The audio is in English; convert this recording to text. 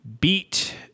beat